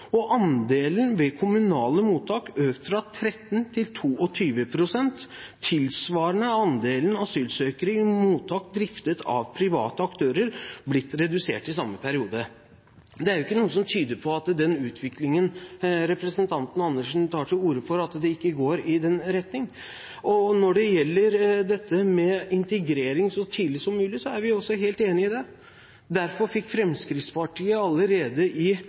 og andelen ved kommunale mottak økt fra 13 til 22 pst. Tilsvarende har andelen asylsøkere i mottak driftet av private aktører blitt redusert i samme periode. Det er ikke noe som tyder på at den utviklingen representanten Andersen tar til orde for, ikke går i den retningen. Når det gjelder integrering så tidlig som mulig, er vi også helt enig i det. Derfor fikk Fremskrittspartiet allerede i